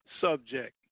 subject